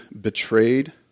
betrayed